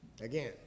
Again